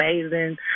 amazing